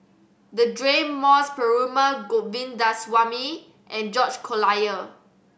Deirdre Moss Perumal Govindaswamy and George Collyer